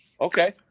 Okay